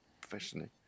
professionally